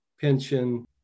pension